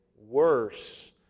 worse